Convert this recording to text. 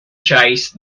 chase